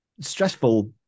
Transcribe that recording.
stressful